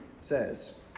says